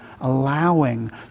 allowing